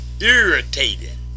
irritating